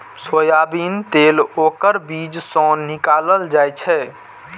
soybean तेल ओकर बीज सं निकालल जाइ छै